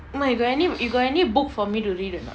amma you got you got any book for me